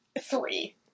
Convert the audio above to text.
Three